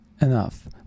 enough